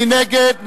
מי נגד?